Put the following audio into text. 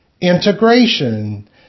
integration